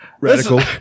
radical